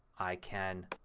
i can